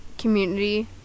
community